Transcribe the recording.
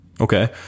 Okay